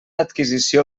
adquisició